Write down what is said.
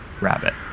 Rabbit